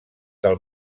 del